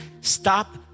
stop